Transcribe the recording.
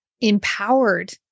empowered